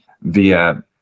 via